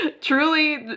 Truly